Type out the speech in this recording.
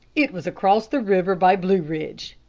it was across the river by blue ridge,